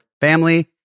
family